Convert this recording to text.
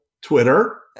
Twitter